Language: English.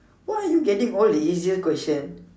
why are you getting all the easier question